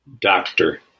Doctor